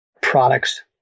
products